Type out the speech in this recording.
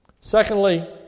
Secondly